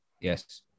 yes